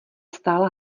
stála